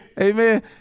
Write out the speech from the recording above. Amen